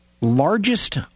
largest